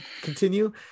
continue